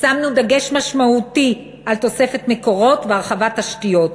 שמנו דגש משמעותי על תוספת מקורות והרחבת תשתיות,